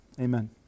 Amen